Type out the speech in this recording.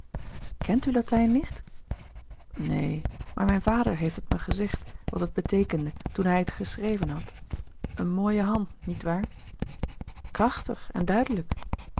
kent u latijn nicht neen maar mijn vader heeft het me gezegd wat het beteekende toen hij het geschreven had een mooie hand niet waar krachtig en duidelijk